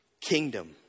kingdom